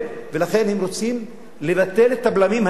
ולכן הם רוצים לבטל את הבלמים האלה,